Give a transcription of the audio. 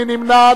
מי נמנע?